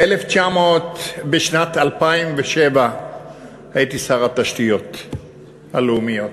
בשנת 2007 הייתי שר התשתיות הלאומיות,